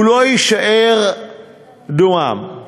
הוא לא יישאר דומם.